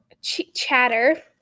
chatter